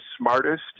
smartest